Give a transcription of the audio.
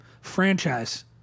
franchise